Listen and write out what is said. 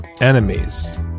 enemies